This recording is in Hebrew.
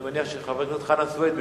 אני מניח שחבר הכנסת חנא סוייד,